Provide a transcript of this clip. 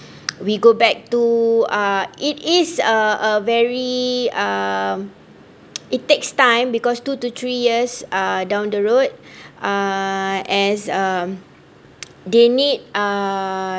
we go back to uh it is uh very um it takes time because two to three years uh down the road uh as um they need uh